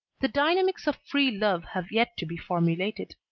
the dynamics of free-love have yet to be formulated.